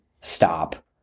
stop